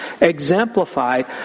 exemplified